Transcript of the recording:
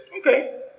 okay